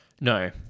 No